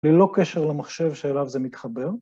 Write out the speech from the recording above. ללא קשר למחשב שאליו זה מתחבר.